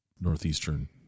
northeastern